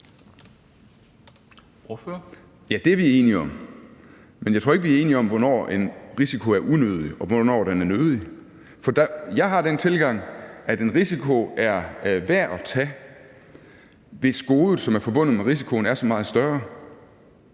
Ja, det er vi enige om. Men jeg tror ikke, vi er enige om, hvornår en risiko er unødig, og hvornår den er nødvendig. Jeg har den tilgang, at en risiko er værd at tage, hvis godet forbundet med risikoen er så meget større.